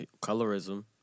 Colorism